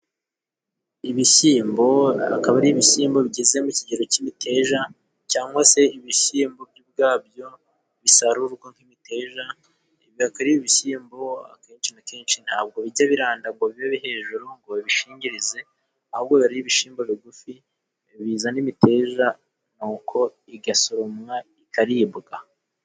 Ibishyimbo, bikaba ari ibishyimbo bigeze mu ikigero cy'imiteja cyangwa se ibishyimbo byo ubwabyo bisarurwa nk'imiteja, bikaba ari ibishyimbo akenshi na kenshi ntabwo bijya biranda ngo bijye hejuru ngo babishingirire, ahubwo biba ari ibishyimbo bigufi bizana imiteja nuko bigasoromwa bikaribwa.